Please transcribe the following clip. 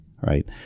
Right